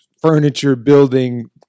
furniture-building